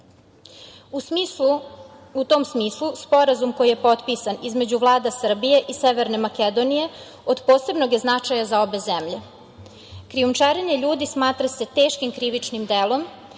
U tom smislu sporazum koji je potpisan između Vlade Srbije i Severne Makedonije od posebnog je značaja za obe zemlje. Krijumčarenje ljudi smatra se teškim krivičnim delom